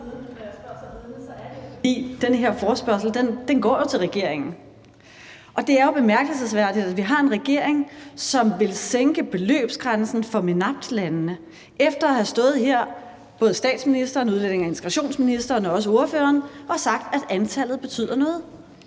den her forespørgsel går til regeringen, og det er jo bemærkelsesværdigt, at vi har en regering, som vil sænke beløbsgrænsen for MENAPT-landene, efter at både statsministeren og udlændinge- og integrationsministeren og også ordføreren har stået her og sagt, at antallet betyder noget.